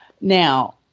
Now